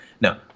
No